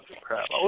crap